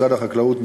משרד החקלאות,